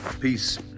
Peace